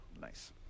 Nice